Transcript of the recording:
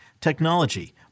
technology